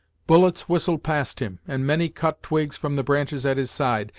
bullets whistled past him, and many cut twigs from the branches at his side,